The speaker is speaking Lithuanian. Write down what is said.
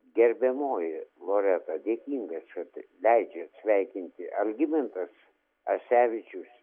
gerbiamoji loreta dėkingas kad leidžiat sveikinti algimantas asevičius